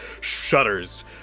shudders